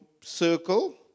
circle